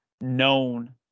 known